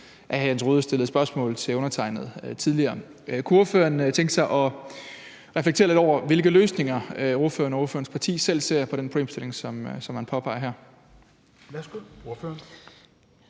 Rohde stillede spørgsmål til undertegnede tidligere. Kunne ordføreren tænke sig at reflektere lidt over, hvilke løsninger ordføreren og ordførerens parti selv ser i forhold til den problemstilling, som han påpeger her?